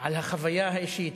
על החוויה האישית,